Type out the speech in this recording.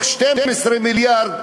מ-12 מיליארד,